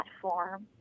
platform